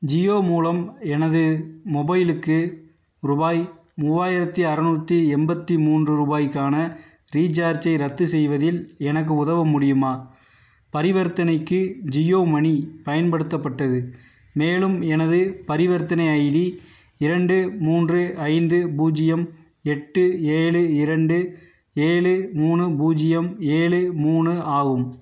ஜியோ மூலம் எனது மொபைலுக்கு ரூபாய் மூவாயிரத்தி அறுநூத்தி எண்பத்தி மூன்று ருபாய்க்கான ரீசார்ஜை ரத்து செய்வதில் எனக்கு உதவ முடியுமா பரிவர்த்தனைக்கு ஜியோமணி பயன்படுத்தப்பட்டது மேலும் எனது பரிவர்த்தனை ஐடி இரண்டு மூன்று ஐந்து பூஜ்யம் எட்டு ஏழு இரண்டு ஏழு மூணு பூஜ்யம் ஏழு மூணு ஆகும்